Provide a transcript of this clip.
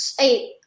eight